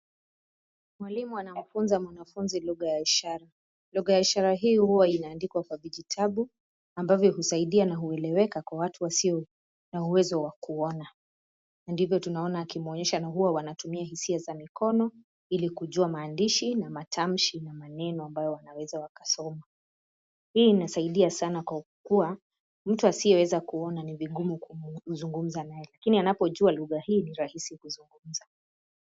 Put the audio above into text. Mwalimu anamfunza mwanafunzi lugha ya ishara. Lugha ya ishara hii huwa inaandikwa kwa vijitabu, ambavyo husaidia na hueleweka kwa watu wasio na uwezo wa kuona . Na ndivyo tunaona akimwonyesha na huwa wanatumia hisia za mikono ili kujua maandishi na matamshi na maneno ambayo wanaweza wakasoma. Hii inasaidia sana kwa kuwa, mtu asiyeweza kuona ni vigumu kuzungumza na yeye, lakini anapojua lugha hii ni rahisi kuzungumza.